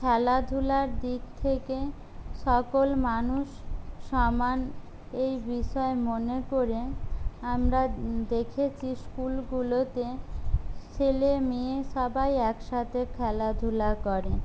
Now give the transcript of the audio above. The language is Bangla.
খেলাধূলার দিক থেকে সকল মানুষ সমান এই বিষয় মনে করে আমরা দেখেছি স্কুলগুলোতে ছেলে মেয়ে সবাই একসাথে খেলাধূলা করে